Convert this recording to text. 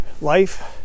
life